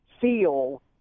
feel